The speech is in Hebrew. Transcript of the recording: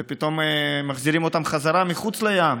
ופתאום מחזירים אותם חזרה מחוץ לים.